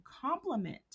complement